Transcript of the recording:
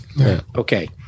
Okay